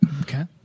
Okay